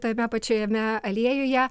tame pačiame aliejuje